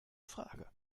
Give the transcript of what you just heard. frage